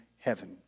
heaven